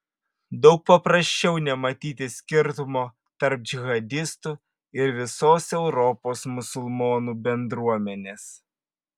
daug paprasčiau nematyti skirtumo tarp džihadistų ir visos europos musulmonų bendruomenės